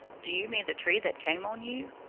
do you mean the tree that came on you?